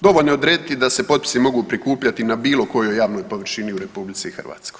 Dovoljno je odrediti da se potpisi mogu prikupljati na bilo kojoj javnoj površini u RH.